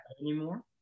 anymore